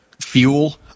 fuel